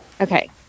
Okay